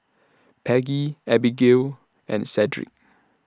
Peggie Abigayle and Sedrick